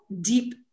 deep